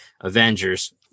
Avengers